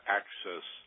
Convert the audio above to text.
access